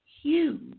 huge